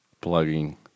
plugging